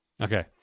Okay